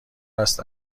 است